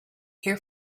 here